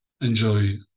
enjoy